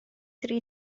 dri